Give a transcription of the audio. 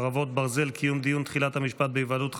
חרבות ברזל) (קיום דיון תחילת המשפט בהיוועדות חזותית),